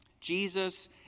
Jesus